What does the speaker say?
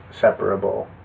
separable